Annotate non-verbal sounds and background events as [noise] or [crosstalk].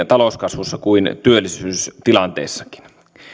[unintelligible] talouskasvussa kuin työllisyystilanteessakin